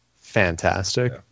fantastic